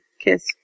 kiss